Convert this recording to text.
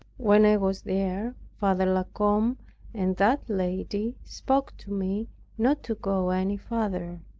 when i was there father la combe and that lady spoke to me not to go any farther.